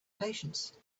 patience